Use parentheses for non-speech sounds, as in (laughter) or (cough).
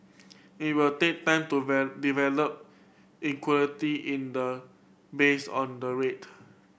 it will take time to (unintelligible) develop liquidity in the based on the rate